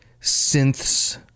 synths